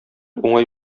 уңай